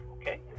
okay